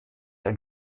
ein